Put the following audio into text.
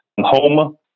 home